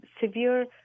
severe